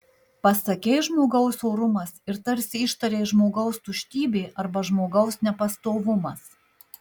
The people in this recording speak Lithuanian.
pasakei žmogaus orumas ir tarsi ištarei žmogaus tuštybė arba žmogaus nepastovumas